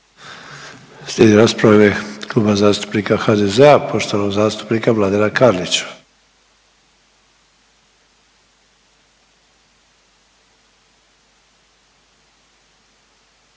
Slijedi rasprava u ime Kluba zastupnika HDZ-a poštovanog zastupnika Mladena Karlića.